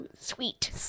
Sweet